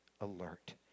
alert